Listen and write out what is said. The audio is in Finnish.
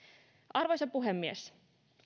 arvoisa puhemies